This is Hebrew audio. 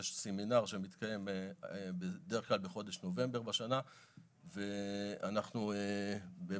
יש סמינר שמתקיים בדרך כלל בחודש נובמבר בשנה ואנחנו במהלך